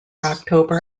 october